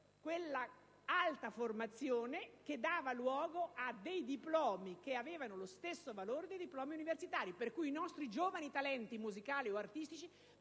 un'alta formazione che desse luogo a diplomi con lo stesso valore dei diplomi universitari. Per cui i nostri giovani talenti, musicali o artistici,